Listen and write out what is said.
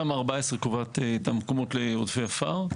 תמ"א 14 קובעת את המקומות לעודפי עפר,